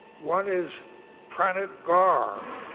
one is pranit garg,